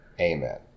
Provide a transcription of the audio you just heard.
Amen